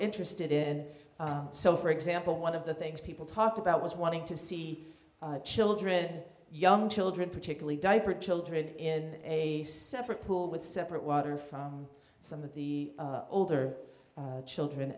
interested in so for example one of the things people talked about was wanting to see children young children particularly diaper children in a separate pool with separate water from some of the older children